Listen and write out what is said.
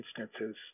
instances